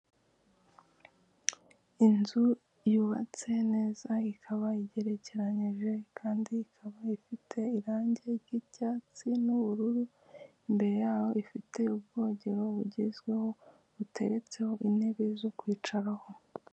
Inzu yubatse neza ikaba igerekeranyije, kandi ikaba ifite irangi ry'icyatsi n'ubururu, imbere yayo ifite ubwogero bugezweho buteretseho intebe zo kwicaraho.